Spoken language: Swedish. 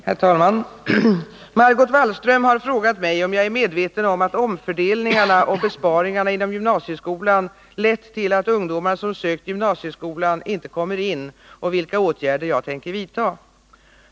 Herr talman! Margot Wallström har frågat mig om jag är medveten om att ”omfördelningarna” och besparingarna inom gymnasieskolan lett till att ungdomar som sökt till gymnasieskolan inte kommer in och vilka åtgärder jag tänker vidta.